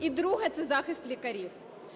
І друге – це захист лікарів,